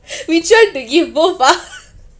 we tried to give both ah